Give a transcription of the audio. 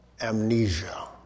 amnesia